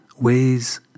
ways